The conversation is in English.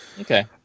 Okay